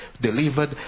delivered